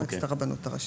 מועצת הרבנות הראשית.